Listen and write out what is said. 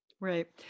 right